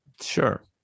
sure